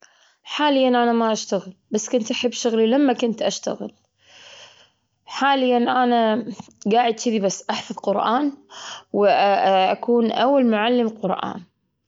الشخصية التاريخية صلاح الدين الأيوبي، لأنه هو رمز الشجاعة والحكمة. ولأنه فتح فتح فلسطين. الحين ما أعتقد أن في حد مثله، ولا راح يكون حد مثله.